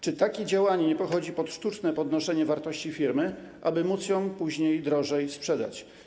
Czy takie działanie nie podchodzi pod sztuczne podnoszenie wartości firmy, aby móc ją później drożej sprzedać?